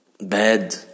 bad